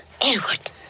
Edward